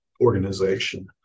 organization